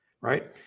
right